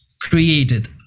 created